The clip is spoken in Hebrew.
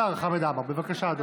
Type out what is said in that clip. השר חמד עמאר,